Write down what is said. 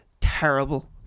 Terrible